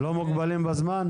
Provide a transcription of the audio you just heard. לא מוגבלים בזמן?